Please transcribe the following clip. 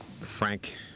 Frank